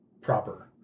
proper